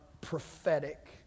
prophetic